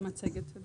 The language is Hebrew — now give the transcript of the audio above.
תודה